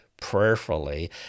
prayerfully